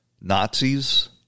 Nazis